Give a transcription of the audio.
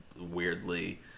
weirdly